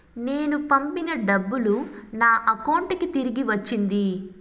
నేను పంపిన డబ్బులు నా అకౌంటు కి తిరిగి వచ్చింది